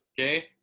Okay